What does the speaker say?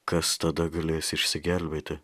kas tada galės išsigelbėti